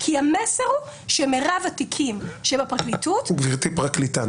כי המסר הוא שמירב התיקים שבפרקליטות --- גבירתי פרקליטה,